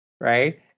right